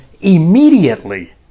immediately